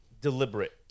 deliberate